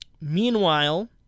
Meanwhile